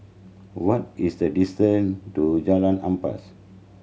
what is the distance to Jalan Ampas